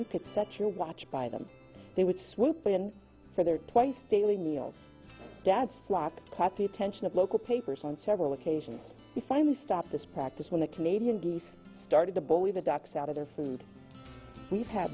you could set your watch by them they would swoop in for their twice daily meals dad slap cut the attention of local papers on several occasions we finally stopped this practice when the canadian geese started to bully the ducks out of their food we've had